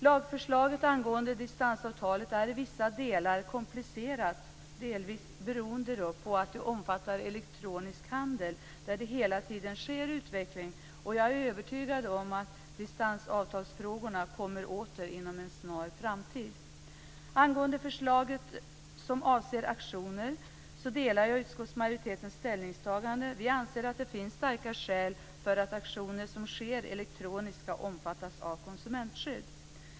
Lagförslaget angående distansavtal är i vissa delar komplicerat, delvis beroende på att det omfattar elektronisk handel, där det hela tiden sker utveckling. Jag är övertygad om att distansavtalsfrågorna kommer åter inom en snar framtid. Angående förslaget som avser auktioner delar jag utskottsmajoritetens ställningstagande. Vi anser att det finns starka skäl för att auktioner som sker elektroniskt ska omfattas av konsumentskydd.